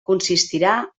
consistirà